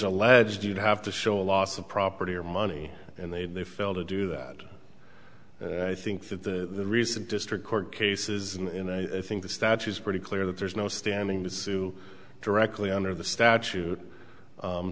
alleged you'd have to show a loss of property or money and they failed to do that and i think that the recent district court cases and i think the statutes pretty clear that there's no standing to sue directly under the statute